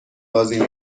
بازی